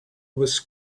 was